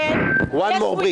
איזה צעדים ------ סליחה, רגע.